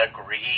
agree